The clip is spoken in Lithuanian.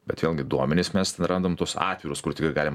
bet vėlgi duomenis mes radom tuos atvirus kur tik galima